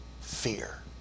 fear